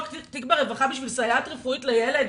תיק ברווחה בשביל סייעת רפואית לילד?